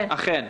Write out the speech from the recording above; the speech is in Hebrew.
אכן.